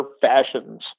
Fashions